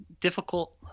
difficult